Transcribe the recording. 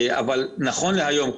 נכון להיום,